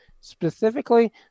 Specifically